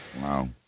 wow